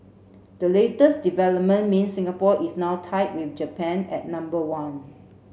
the latest development means Singapore is now tied with Japan at number one